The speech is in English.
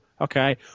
okay